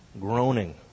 groaning